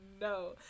No